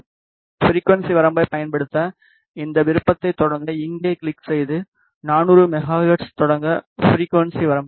frequency வரம்பைப் பயன்படுத்த இந்த விருப்பத்தைத் தொடங்க இங்கே கிளிக் செய்து 400 மெகா ஹெர்ட்ஸ் தொடக்க ஃபிரிக்குவன்ஸி வரம்பைக் கொடுங்கள்